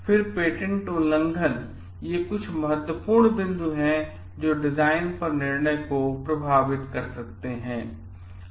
फिर पेटेंट उल्लंघन ये कुछ महत्वपूर्ण बिंदु हैं जो डिजाइन पर निर्णय को प्रभावित कर सकते हैं लें